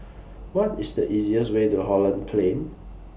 What IS The easiest Way to Holland Plain